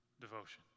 devotion